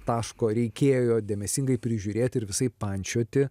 taško reikėjo dėmesingai prižiūrėti ir visaip pančioti